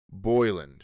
Boyland